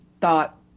thought